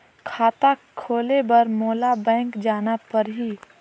खाता खोले बर मोला बैंक जाना परही?